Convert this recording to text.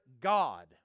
God